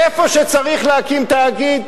איפה שצריך להקים תאגיד,